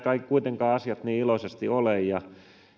kuitenkaan asiat niin iloisesti ole ja